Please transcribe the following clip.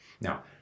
now